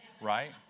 right